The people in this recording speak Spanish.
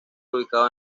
ubicado